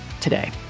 today